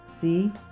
See